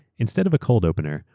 instead of a cold opener,